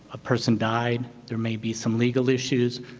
a person died, there may be some legal issues.